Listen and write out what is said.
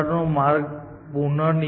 ચાલો જોઈએ કે ઝોઉ અને હેન્સન શું કરે છે